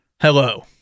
Hello